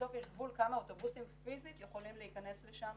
בסוף יש גבול כמה אוטובוסים פיזית יכולים להיכנס לשם